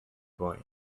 boy